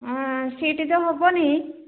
ହଁ ସିଟ୍ ତ ହେବନି